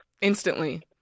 Instantly